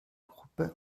gruppe